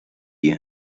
you